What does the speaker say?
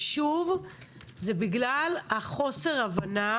ושוב זה בגלל חוסר ההבנה